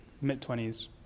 mid-twenties